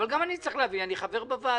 אבל גם אני צריך להבין, אני חבר בוועדה.